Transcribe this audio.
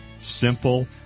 simple